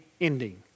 ending